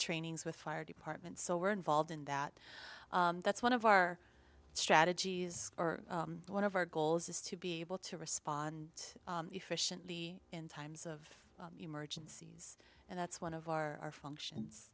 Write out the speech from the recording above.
trainings with fire departments so we're involved in that that's one of our strategies or one of our goals is to be able to respond efficiently in times of emergencies and that's one of our functions